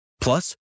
Plus